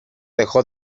dejó